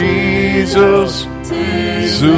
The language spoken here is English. Jesus